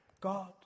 God